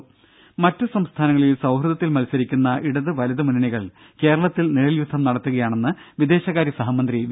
രംഭ മറ്റു സംസ്ഥാനങ്ങളിൽ സൌഹൃദത്തിൽ മത്സരിക്കുന്ന ഇടത് വലത് മുന്നണികൾ കേരളത്തിൽ നിഴൽ യുദ്ധം നടത്തുകയാണെന്ന് വിദേശകാര്യ സഹമന്ത്രി വി